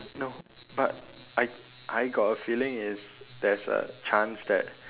no but I I got a feeling it's there's a chance that